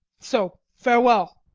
so, farewell.